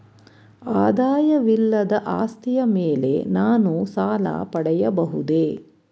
ಆದಾಯವಿಲ್ಲದ ಆಸ್ತಿಯ ಮೇಲೆ ನಾನು ಸಾಲ ಪಡೆಯಬಹುದೇ?